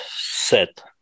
set